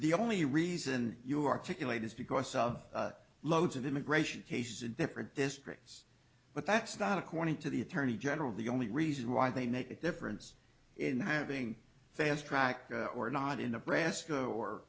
the only reason you articulate is because of loads of immigration cases in different districts but that's not according to the attorney general the only reason why they make a difference in having fast track or not in nebraska or